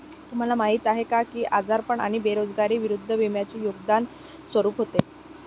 तुम्हाला माहीत आहे का की आजारपण आणि बेरोजगारी विरुद्ध विम्याचे योगदान स्वरूप होते?